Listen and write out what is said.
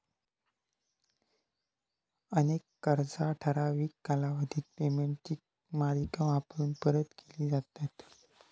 अनेक कर्जा ठराविक कालावधीत पेमेंटची मालिका वापरून परत केली जातत